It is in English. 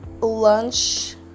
lunch